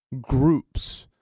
groups